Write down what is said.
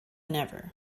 never